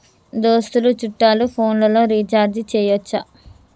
దోస్తులు చుట్టాలు ఫోన్లలో రీఛార్జి చేయచ్చా?